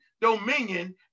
dominion